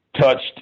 touched